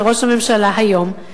לראש הממשלה היום,